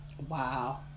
wow